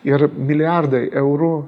ir milijardai eurų